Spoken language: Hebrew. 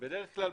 בדרך כלל,